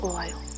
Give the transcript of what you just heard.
oil